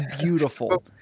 Beautiful